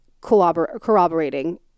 corroborating